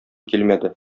килмәде